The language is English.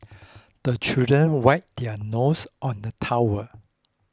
the children wipe their nose on the towel